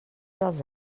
dels